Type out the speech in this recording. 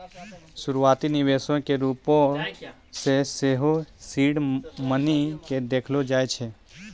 शुरुआती निवेशो के रुपो मे सेहो सीड मनी के देखलो जाय छै